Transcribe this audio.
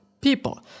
people